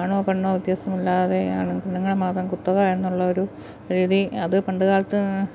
ആണോ പെണ്ണോ വ്യത്യാസമില്ലാതെ ആണ് പെണ്ണുങ്ങൾ മാത്രം കുത്തകയാണെന്നുള്ളൊരു രീതി അത് പണ്ടുകാലത്ത്